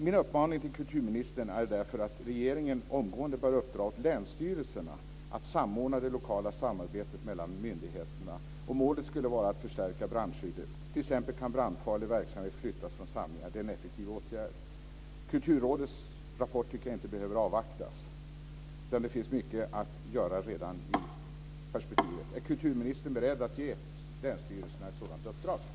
Min uppmaning till kulturministern är därför att regeringen omgående bör uppdra åt länsstyrelserna att samordna det lokala samarbetet mellan myndigheterna, och målet skulle vara att förstärka brandskyddet. T.ex. kan brandfarlig verksamhet flyttas från samlingar. Det är en effektiv åtgärd. Kulturrådets rapport tycker jag inte behöver avvaktas, utan det finns mycket att göra redan i det här perspektivet. Är kulturministern beredd att ge länsstyrelserna ett sådant uppdrag?